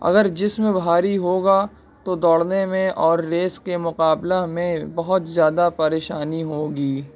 اگر جسم بھاری ہوگا تو دوڑنے میں اور ریس کے مقابلہ میں بہت زیادہ پریشانی ہوگی